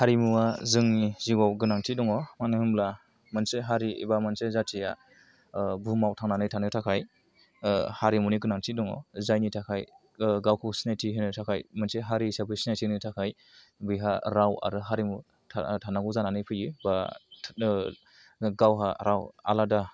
हारिमुवा जोंनि जिउआव गोनांथि दङ मानो होनब्ला मोनसे हारि एबा मोनसे जाथिया बुहुमाव थांनानै थानो थाखाय हारिमुनि गोनांथि दङ जायनि थाखाय गावखौ सिनायथि होनो थाखाय मोनसे हारि हिसाबै सिनायथि होनो थाखाय बिहा राव आरो हारिमु थानांगौ जानानै फैयो एबा गावहा राव आलादा